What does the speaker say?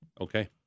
Okay